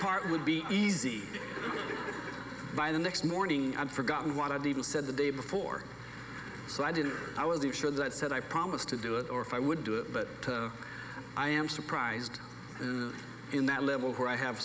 part would be easy by the next morning i'd forgotten what i'd even said the day before so i didn't i wasn't sure that said i promise to do it or if i would do it but i am surprised in that level where i have